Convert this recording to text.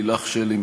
לילך שלי,